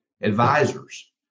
advisors